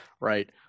right